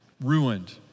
ruined